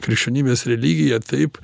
krikščionybės religija taip